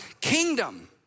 kingdom